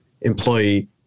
employee